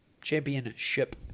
Championship